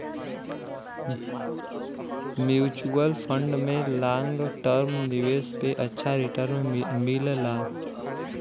mutual fund में long term निवेश पे अच्छा रीटर्न मिलला